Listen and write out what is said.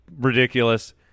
ridiculous